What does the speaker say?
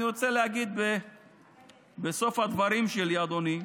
אני רוצה להגיד בסוף הדברים שלי, אדוני,